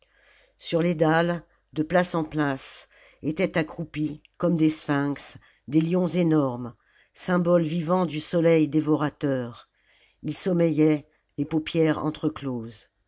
sur les dalles de place en place étaient accroupis comme des sphinx des lions énormes symboles vivants du soleil dévorateur ils sommeillaient les paupières entre closes